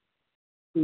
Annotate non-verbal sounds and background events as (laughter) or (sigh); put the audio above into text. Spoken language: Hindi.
(unintelligible)